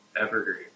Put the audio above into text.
Evergreen